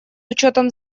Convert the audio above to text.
учетом